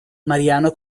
mariano